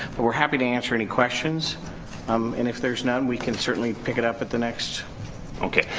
but we're happy to answer any questions um and if there's none we can certainly pick it up at the next okay.